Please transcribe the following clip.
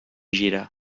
girar